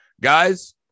guys